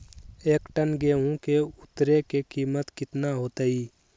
एक टन गेंहू के उतरे के कीमत कितना होतई?